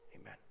amen